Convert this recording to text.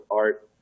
art